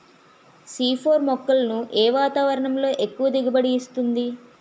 C four మొక్కలను ఏ వాతావరణంలో ఎక్కువ దిగుబడి ఇస్తుంది?